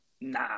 Nah